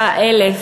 כ-253,000.